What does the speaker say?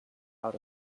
out